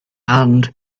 and